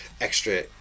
extra